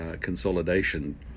consolidation